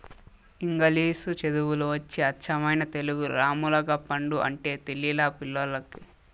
ఇంగిలీసు చదువులు వచ్చి అచ్చమైన తెలుగు రామ్ములగపండు అంటే తెలిలా పిల్లోల్లకి